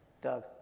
Doug